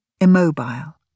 Immobile